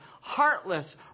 heartless